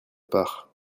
part